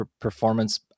performance